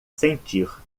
sentir